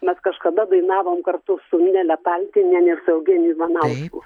mes kažkada dainavom kartu su nele paltiniene su eugeniju ivanausku